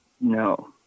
No